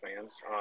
fans